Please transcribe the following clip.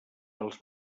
dels